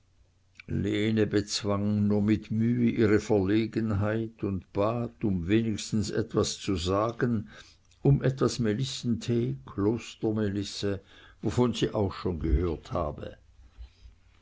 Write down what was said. lene bezwang nur mit müh ihre verlegenheit und bat um wenigstens etwas zu sagen um etwas melissentee klostermelisse wovon sie auch schon gehört habe